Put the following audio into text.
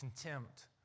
contempt